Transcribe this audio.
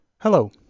Hello